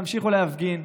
תמשיכו להפגין,